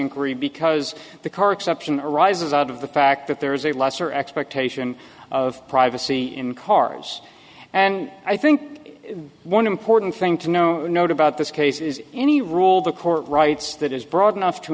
inquiry because the core exception arises out of the fact that there is a lesser expectation of privacy in cars and i think one important thing to know note about this case is any rule the court writes that is broad enough to